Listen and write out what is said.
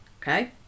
Okay